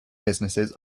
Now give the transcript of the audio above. businesses